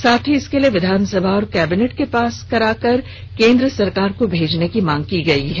साथ ही इसके लिए विधानसभा और कैबिनेट से पास कराकर केंद्र सरकार को भेजने की मांग की गई है